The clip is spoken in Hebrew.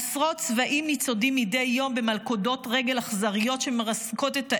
עשרות צבאים ניצודים מדי יום במלכודות רגל אכזריות שמרסקות את העצם,